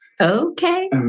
Okay